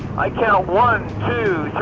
i count one, two,